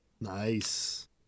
Nice